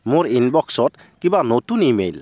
মোৰ ইনবক্সত কিবা নতুন ইমেইল